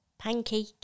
pancake